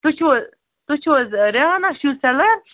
تُہۍ چھُو حظ تُہۍ چھُو حظ رِہانا شوٗ سیٚلَر